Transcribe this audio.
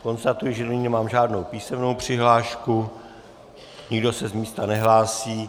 Konstatuji, že do ní nemám žádnou písemnou přihlášku, nikdo se z místa nehlásí.